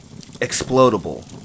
explodable